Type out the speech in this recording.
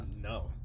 No